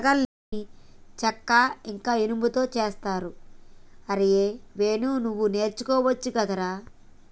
నాగలిని చెక్క ఇంక ఇనుముతో చేస్తరు అరేయ్ వేణు నువ్వు నేర్చుకోవచ్చు గదరా